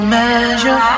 measure